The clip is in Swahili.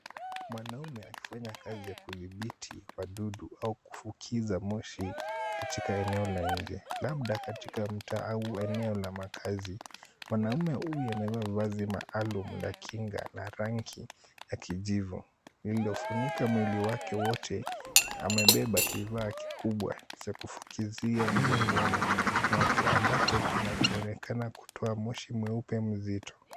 Mwanamume akifanya kazi ya kuthibiti wadudu au kufukiza moshi katika eneo la nje. Labda katika mtaa au eneo la makaazi. Mwanamume huyu amevaa vazi maalum la kinga na rangi ya kijivu lililofunika mwili wake wote. Amebeba kifaa kikubwa cha kufukizia mgongoni mwake ambacho kinachooneka kutoa moshi mweupe mzito.